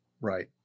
Right